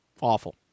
awful